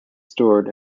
stored